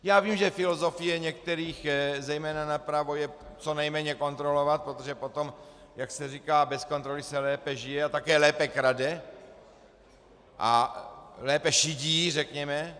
Já vím, že filozofie některých, zejména napravo, je co nejméně kontrolovat, protože potom, jak se říká, bez kontroly se lépe žije a také lépe krade, lépe šidí, řekněme.